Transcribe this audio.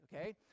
okay